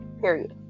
Period